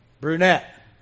brunette